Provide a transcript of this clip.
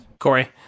Corey